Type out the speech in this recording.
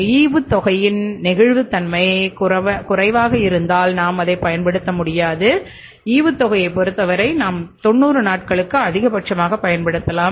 ஈவுத்தொகையின் நெகிழ்வுத்தன்மை குறைவாக இருந்தால் நாம் அதைப் பயன்படுத்த முடியாது ஈவுத்தொகையைப் பொறுத்தவரை நாம் 90 நாட்களுக்கு அதிகபட்சமாகப் பயன்படுத்தலாம்